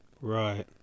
Right